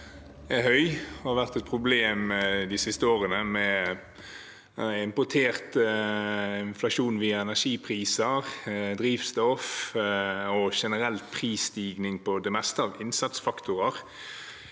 og har vært et problem de siste årene, med importert inflasjon via energipriser, drivstoff og generell prisstigning på det meste av innsatsfaktorene.